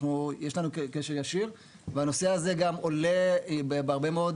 יש לנו קשר ישיר והנושא הזה גם עולה בהרבה מאוד